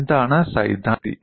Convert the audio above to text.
എന്താണ് സൈദ്ധാന്തിക ശക്തി